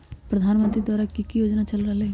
प्रधानमंत्री द्वारा की की योजना चल रहलई ह?